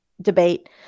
debate